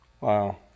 Wow